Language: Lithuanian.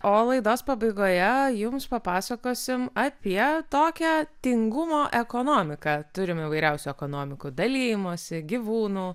o laidos pabaigoje jums papasakosim apie tokią tingumo ekonomiką turim įvairiausių ekonomikų dalijimosi gyvūnų